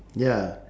ya